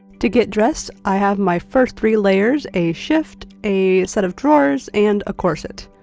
to get dressed, i have my first three layers, a shift, a set of drawers, and a corset.